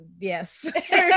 yes